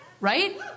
Right